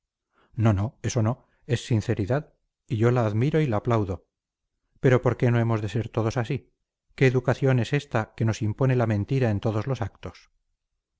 no no eso no es sinceridad y yo la admiro y la aplaudo pero por qué no hemos de ser todos así qué educación es esta que nos impone la mentira en todos los actos